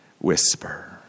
whisper